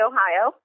Ohio